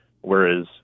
whereas